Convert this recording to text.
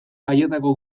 haietako